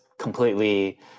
completely